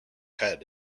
head